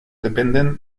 dependen